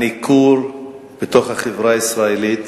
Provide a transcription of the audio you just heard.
הניכור בחברה הישראלית